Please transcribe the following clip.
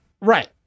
right